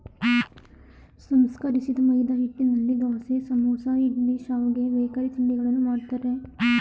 ಸಂಸ್ಕರಿಸಿದ ಮೈದಾಹಿಟ್ಟಿನಲ್ಲಿ ದೋಸೆ, ಸಮೋಸ, ಇಡ್ಲಿ, ಶಾವ್ಗೆ, ಬೇಕರಿ ತಿಂಡಿಗಳನ್ನು ಮಾಡ್ತರೆ